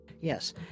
Yes